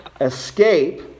escape